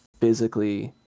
physically